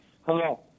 Hello